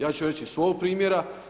Ja ću reći iz svoga primjera.